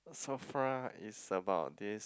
Sofra is about this